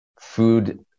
food